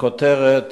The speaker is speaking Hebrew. לכותרת